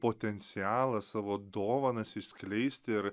potencialą savo dovanas išskleist ir